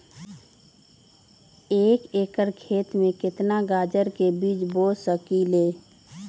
एक एकर खेत में केतना गाजर के बीज बो सकीं ले?